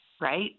right